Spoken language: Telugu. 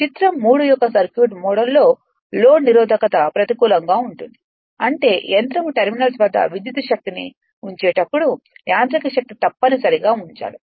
చిత్రం 3 యొక్క సర్క్యూట్ మోడల్లో లోడ్ నిరోధకత ప్రతికూలంగా ఉంటుంది అంటే యంత్రం టెర్మినల్స్ వద్ద విద్యుత్ శక్తిని ఉంచేటప్పుడు యాంత్రిక శక్తిని తప్పనిసరిగా ఉంచాలి